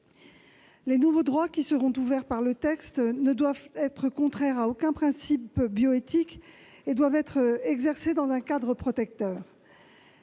Les nouveaux droits qui seront ouverts par le texte ne doivent être contraires à aucun principe bioéthique et ne peuvent s'exercer que dans un cadre protecteur.